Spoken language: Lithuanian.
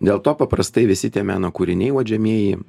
dėl to paprastai visi tie meno kūriniai uodžiamieji